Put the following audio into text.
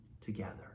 together